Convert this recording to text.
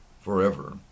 forever